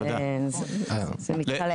זה מתחלק.